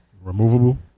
Removable